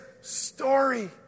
story